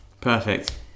Perfect